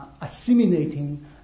assimilating